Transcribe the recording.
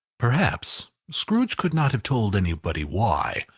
perhaps, scrooge could not have told anybody why,